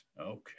Okay